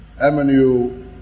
Emmanuel